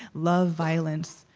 love violence,